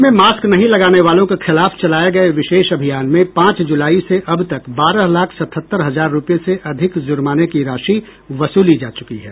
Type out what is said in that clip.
प्रदेश में मास्क नहीं लगाने वालों के खिलाफ चलाये गये विशेष अभियान में पांच जुलाई से अब तक बारह लाख सतहत्तर हजार रूपये से अधिक जुर्माने की राशि वसूली जा चुकी है